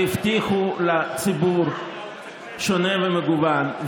והבטיחו לציבור שונה ומגוון,